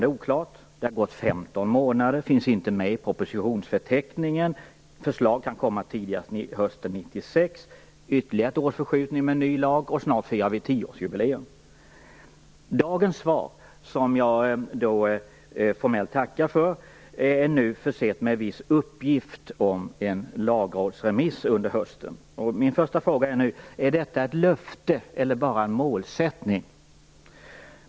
Det har nu gått 15 månader, och det här finns inte med i propositionsförteckningen. Förslag kan komma tidigast hösten 1996 - ytterligare ett års förskjutning när det gäller en ny lag. Snart firar vi tioårsjubileum. Dagens svar, som jag formellt tackar för, är försett med en viss uppgift om en lagrådsremiss under hösten. Är detta ett löfte eller bara en målsättning?